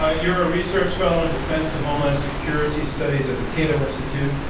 ah you're a research fellow in defense and homeland security studies at the cato institute.